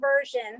version